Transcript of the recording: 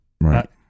right